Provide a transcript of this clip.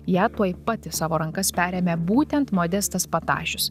ją tuoj pat į savo rankas perėmė būtent modestas patašius